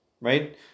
right